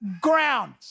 ground